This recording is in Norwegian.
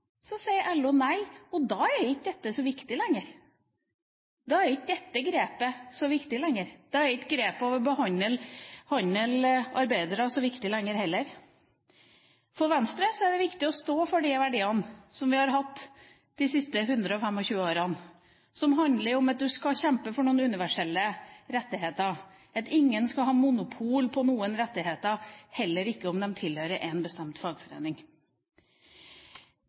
sier LO nei, og da er ikke dette så viktig lenger. Da er ikke dette grepet så viktig lenger. Da er ikke grepet med å behandle arbeidere så viktig lenger heller. For Venstre er det viktig å stå for de verdiene som vi har hatt de siste 135 årene, som handler om at du skal kjempe for noen universelle rettigheter, at ingen skal ha monopol på noen rettigheter, heller ikke om de tilhører en bestemt fagforening.